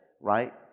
right